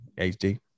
HD